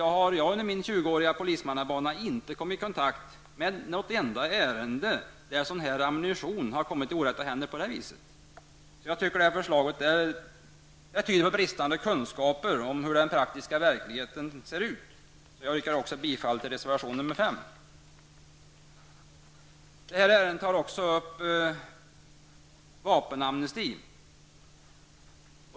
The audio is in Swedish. Jag har under min nästan tjugoåriga polismannabana inte kommit i kontakt med något ärende där ammunition kommit i orätta händer på det viset. Jag tycker att förslaget tyder på bristande kunskaper om hur den praktiska verkligheten ser ut. Jag yrkar därför bifall till reservation 5. Det här ärendet omfattar även vapenamnesti.